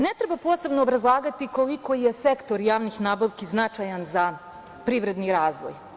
Ne treba posebno obrazlagati koliko je sektor javnih nabavki značajan za privredni razvoj.